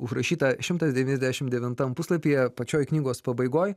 užrašytą šimtas devyniasdešim devintam puslapyje pačioj knygos pabaigoj